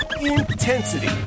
intensity